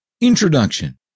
INTRODUCTION